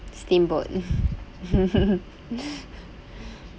steamboat